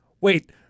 Wait